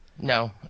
no